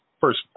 first